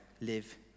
live